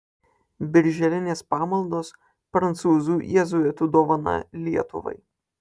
birželinės pamaldos prancūzų jėzuitų dovana lietuvai